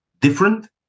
different